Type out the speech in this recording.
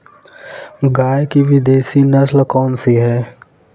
गाय की विदेशी नस्ल कौन सी है?